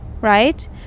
right